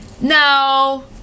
no